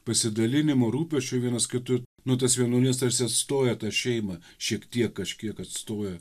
pasidalinimo rūpesčiu vienas kitu nu tas vienuolynas tarsi atstoja tą šeimą šiek tiek kažkiek atstoja